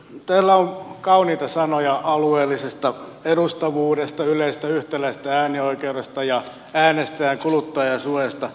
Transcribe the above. teillä on kauniita sanoja alueellisesta edustavuudesta yleisestä ja yhtäläisestä äänioikeudesta ja äänestäjän kuluttajansuojasta